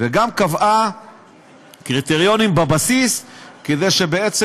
וגם קבעה קריטריונים בבסיס כדי שבעצם